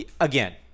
again